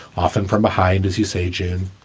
often from behind, as you say, jane.